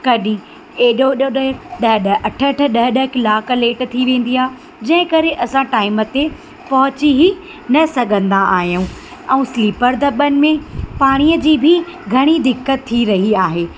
कॾहिं एॾो ओॾे ॾहें ॾह ॾह अठ ॾह ॾह कलाक लेट थी वेंदी आहे जंहिं करे असां टाइम ते पहुची ई न सघंदा आहियूं ऐं स्लीपर दॿनि में पाणीअ जी बि घणी दिक़त थी रही आहे